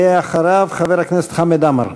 ואחריו, חבר הכנסת חמד עמאר.